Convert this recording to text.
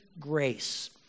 grace